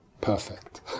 perfect